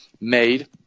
made